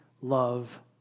love